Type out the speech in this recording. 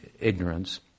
ignorance